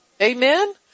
Amen